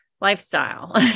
lifestyle